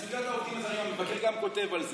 סוגיית העובדים הזרים, המבקש גם כותב על זה,